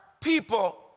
people